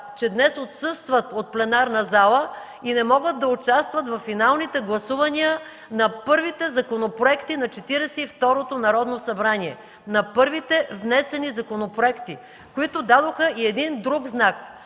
че днес отсъстват от пленарната зала и не могат да участват във финалните гласувания на първите законопроекти на Четиридесет и второто Народно събрание, на първите внесени законопроекти, които дадоха и един друг знак